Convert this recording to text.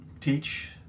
teach